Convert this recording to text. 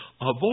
avoid